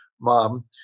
mom